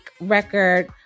record